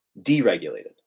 deregulated